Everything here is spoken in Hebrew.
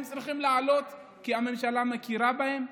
הם צריכים לעלות, כי הממשלה מכירה בהם,